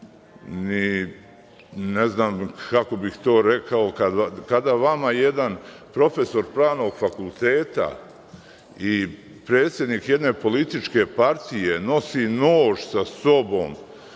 ne znam kako bih to rekao kada vama jedan profesor Pravnog fakulteta i predsednik jedne političke partije nosi nož sa sobom.